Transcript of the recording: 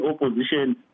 opposition